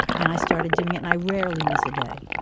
and i started doing it and i rarely miss a day.